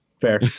fair